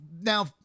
Now